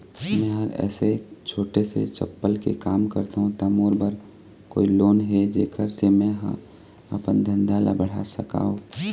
मैं हर ऐसे छोटे से चप्पल के काम करथों ता मोर बर कोई लोन हे जेकर से मैं हा अपन धंधा ला बढ़ा सकाओ?